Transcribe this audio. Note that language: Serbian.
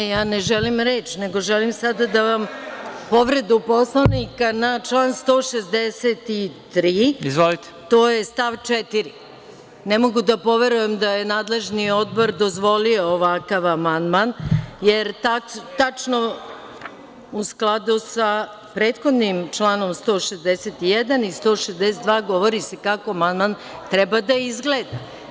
Ne, ja ne želim reč, nego želim povredu Poslovnika na član 163, to je stav 4. Ne mogu da poverujem da je nadležni odbor dozvolio ovakav amandman, jer tačno u skladu sa prethodnim članom 161. i 162. govori se kako amandman treba da izgleda.